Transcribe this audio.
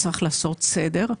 צריך לעשות סדר.